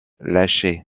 lâché